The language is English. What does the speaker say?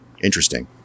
interesting